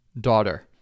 daughter